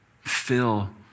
fill